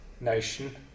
nation